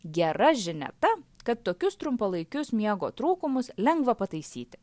gera žinia ta kad tokius trumpalaikius miego trūkumus lengva pataisyti